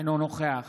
אינו נוכח